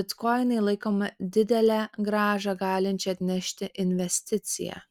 bitkoinai laikomi didelę grąžą galinčia atnešti investicija